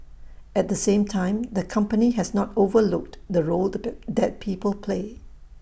at the same time the company has not overlooked the role that people play